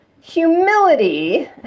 humility